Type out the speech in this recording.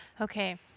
Okay